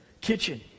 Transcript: kitchen